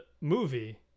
movie